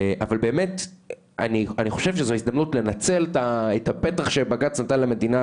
אבל באמת אני חושב שזו הזדמנות לנצל את הפתח שבג"צ נתן למדינה